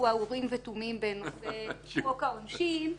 שהוא האורים ותומים בנושא חוק העונשין,